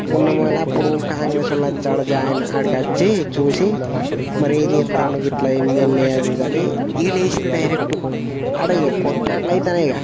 ఉన్నమల అప్పుడు కాంగ్రెస్ వాళ్ళు వచ్చి అక్కడ జాయిన్ అక్కడికి వచ్చి చూసి మరేం చేస్తాండు గిట్ల ఏంఎల్ఏ అది ఇది అని వీలు వేసారు డైరెక్టు అక్కడ ఇంకా కోట్లాటలయితున్నాయి ఇంకా